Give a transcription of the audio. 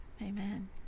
Amen